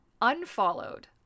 unfollowed